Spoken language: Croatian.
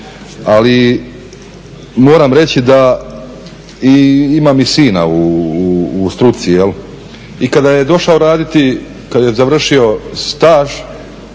ali moram reći da imam i sina u struci i kada je došao raditi, kad je završio staž,